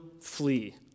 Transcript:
flee